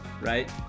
right